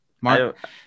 Mark